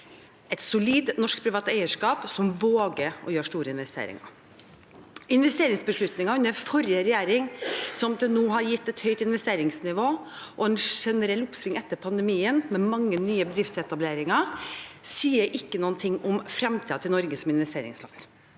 et solid norsk privat eierskap som våger å gjøre store investeringer. Investeringsbeslutninger under forrige regjering, som til nå har gitt et høyt investeringsnivå og et generelt oppsving etter pandemien, med mange nye bedriftsetableringer, sier ingenting om fremtiden til Norge som investeringsland.